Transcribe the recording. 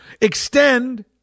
extend